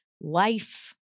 life